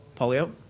Polio